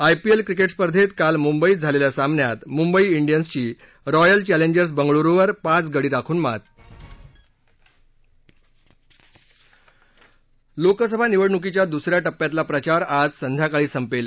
IPL cricket स्पर्धेत काल मुंबईत झालेल्या सामन्यात मुंबई डियन्सची रॉयल चर्लिजर्स बंगळूरुवर पाच गडी राखून मात लोकसभा निवडणुकीच्या द्सऱ्या टप्प्यातल्या प्रचार आज संध्याकाळी संपेल